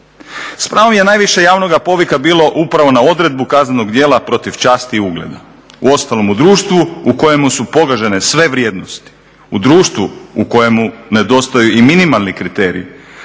S pravom je najviše javnoga povika bilo upravo na odredbu kaznenog djela protiv časti i ugleda. Uostalom u društvu u kojemu su pogažene sve vrijednosti, u društvu u kojemu nedostaju i minimalni kriteriji